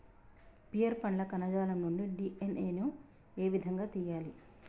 Pear పండ్ల కణజాలం నుండి డి.ఎన్.ఎ ను ఏ విధంగా తియ్యాలి?